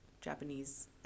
Japanese